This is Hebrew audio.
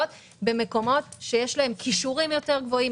במקומות שיש להם כישורים גבוהים יותר,